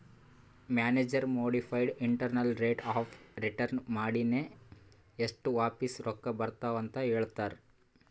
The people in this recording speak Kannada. manager modified internal rate of return ಮಾಡಿನೆ ಎಸ್ಟ್ ವಾಪಿಸ್ ರೊಕ್ಕಾ ಬರ್ತಾವ್ ಅಂತ್ ಹೇಳ್ತಾರ್